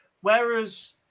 Whereas